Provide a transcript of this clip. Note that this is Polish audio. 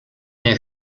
nie